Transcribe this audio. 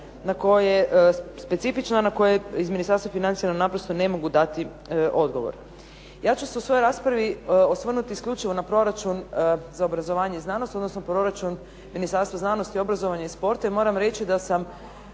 neka pitanja specifična na koje iz Ministarstva financija nam naprosto ne mogu dati odgovor. Ja ću se u svojoj raspravi osvrnuti isključivo na proračun za obrazovanje i znanost odnosno proračun Ministarstva znanosti, obrazovanja i sporta. I moram reći da sam